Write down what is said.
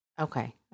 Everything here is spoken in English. Okay